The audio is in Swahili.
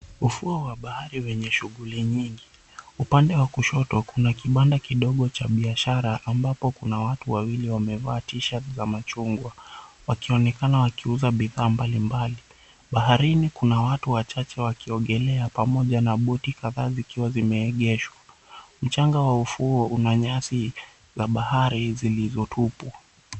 Ufuo wa bahari wenye shughuli nyingi. Upande wa kushoto kuna kibanda kidogo cha biashara, ambapo kuna watu wawili wamevaa t-shirt za machungwa, wakionekana wakiuza bidhaa mbalimbali. Baharini kuna watu wachache wakiogelea pamoja na boti kadhaa zikiwa zimeegeshwa. Mchanga wa ufuo una nyasi za bahari zilizotupwa.